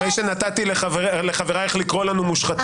אחרי שנתתי לחברייך לקרוא לנו "מושחתים"